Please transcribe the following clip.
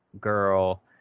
girl